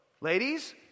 ladies